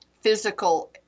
physical